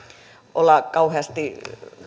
olla kauheasti